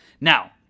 Now